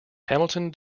hamilton